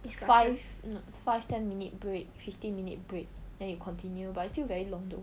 five n~ five ten minute break fifteen minute break then you continue but is still very long though